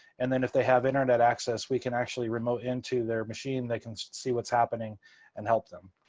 and then if they have internet access, we can actually remote into their machine. they can see what's happening and help them.